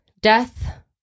death